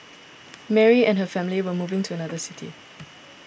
Mary and her family were moving to another city